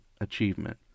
achievement